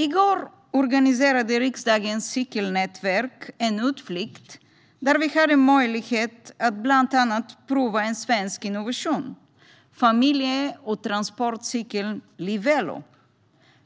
I går organiserade riksdagens cykelnätverk en utflykt, där vi hade möjlighet att bland annat prova en svensk innovation: familje och transportcykeln Livelo.